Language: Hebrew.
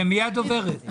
מי הדוברת?